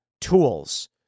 tools